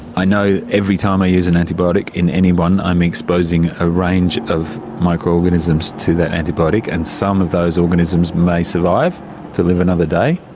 i know that every time i use an antibiotic in anyone i am exposing a range of micro-organisms to that antibiotic, and some of those organisms may survive to live another day,